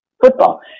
football